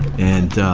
and